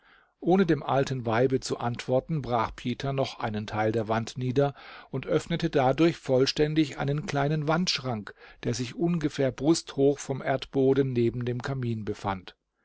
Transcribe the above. ohne dem alten weibe zu antworten brach peter noch einen teil der wand nieder und öffnete dadurch vollständig einen kleinen wandschrank der sich ungefähr brusthoch vom erdboden neben dem kamin befand